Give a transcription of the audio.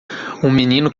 menino